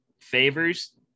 favors